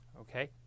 okay